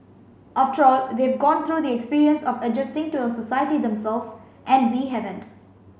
after all they've gone through the experience of adjusting to our society themselves and we haven't